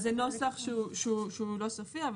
זהו נוסח שהוא לא סופי: